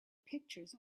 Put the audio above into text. pictures